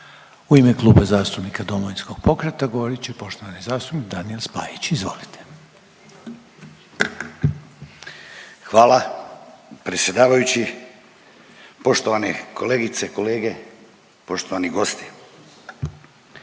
U ime Kluba zastupnika Domovinskog pokreta govorit će poštovani zastupnik Daniel Spajić, izvolite. **Spajić, Daniel (DP)** Hvala predsjedavajući. Poštovane kolegice, kolege, poštovani gosti